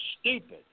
stupid